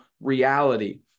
reality